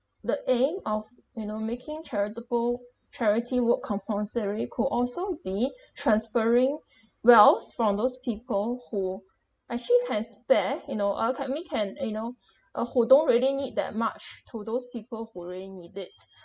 the aim of you know making charitable charity work compulsory could also be transferring wealth from those people who actually can spare you know uh can maybe can you know uh who don't really need that much to those people who really need it